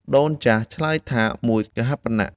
ដូនចាស់ឆ្លើយថា “មួយកហាបណៈ”។